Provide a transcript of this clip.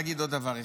להגיד עוד דבר אחד,